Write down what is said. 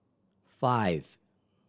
five